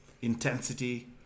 intensity